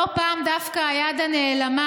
לא פעם דווקא "היד הנעלמה"